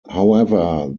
however